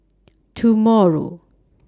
tomorrow